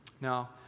Now